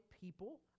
people